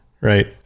right